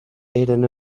eren